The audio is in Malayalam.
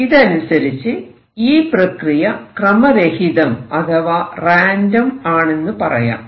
ഇതനുസരിച്ച് ഈ പ്രക്രിയ ക്രമരഹിതം അഥവാ റാൻഡം ആണെന്ന് പറയാം